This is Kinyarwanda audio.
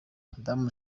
madame